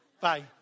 Bye